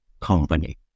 company